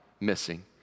missing